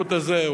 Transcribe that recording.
שהשירות הזה,